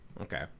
Okay